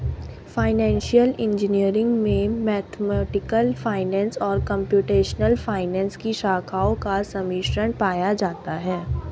financial engineering में mathematical finance और computational finance की शाखाओं का सम्मिश्रण पाया जाता है